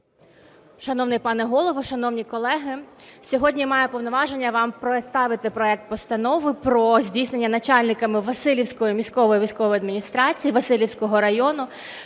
Шановний пане Голово, шановні колеги, сьогодні маю повноваження вам представити проект Постанови про здійснення начальниками Василівської міської військової адміністрації Василівського району